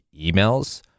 emails